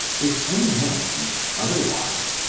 if any man teach otherwise,